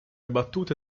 battute